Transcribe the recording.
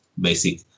basic